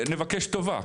נבקש טובה,